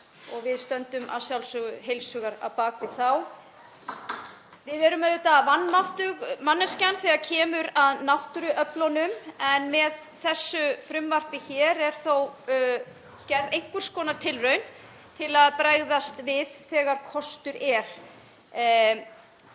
og við stöndum að sjálfsögðu heils hugar á bak við þá. Við erum auðvitað vanmáttug, manneskjan, þegar kemur að náttúruöflunum en með þessu frumvarpi er þó gerð einhvers konar tilraun til að bregðast við þegar kostur er.